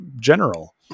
general